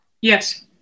yes